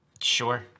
Sure